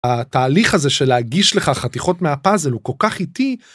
התהליך הזה של להגיש לך חתיכות מהפאזל הוא כל כך איתי.